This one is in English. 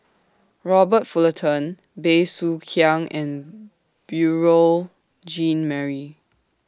Robert Fullerton Bey Soo Khiang and Beurel Jean Marie